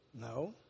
No